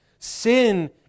Sin